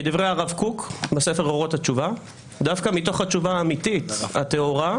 כדברי הרב קוק בספר אורות התשובה דווקא מתוך התשובה האמיתית הטהורה,